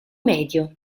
medio